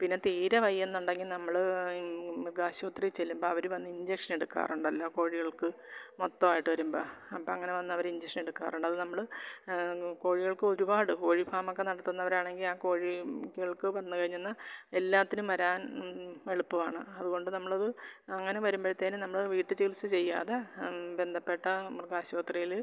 പിന്നെ തീരെ വയ്യ എന്നുണ്ടെങ്കിൽ നമ്മൾ മൃഗാശുപത്രി ചെല്ലുമ്പം അവർ വന്ന് ഇൻജഷൻ എടുക്കാറുണ്ടല്ലോ കോഴികൾക്ക് മൊത്തമായിട്ട് വരുമ്പം അപ്പം അങ്ങനെ വന്ന് അവർ ഇൻജഷൻ എടുക്കാറുണ്ട് അത് നമ്മൾ കോഴികൾക്ക് ഒരുപാട് കോഴിഫാമൊക്കെ നടത്തുന്നവരാണെങ്കിൽ ആ കോഴി കൾക്ക് വന്നുകഴിഞ്ഞെന്നാൽ എല്ലാത്തിനും വരാൻ എളുപ്പമാണ് അതുകൊണ്ട് നമ്മളത് അങ്ങനെ വരുമ്പഴത്തേന് നമ്മൾ വീട്ട് ചികിത്സ ചെയ്യാതെ ബന്ധപ്പെട്ട മൃഗാശുപത്രിയിൽ